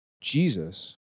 Jesus